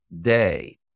day